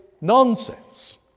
nonsense